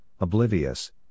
oblivious